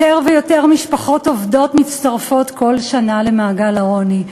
יותר ויותר משפחות עובדות מצטרפות כל שנה למעגל העוני.